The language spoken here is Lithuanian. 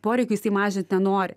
poreikių jisai mažint nenori